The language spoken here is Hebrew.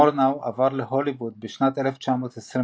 מורנאו עבר להוליווד בשנת 1926,